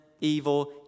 evil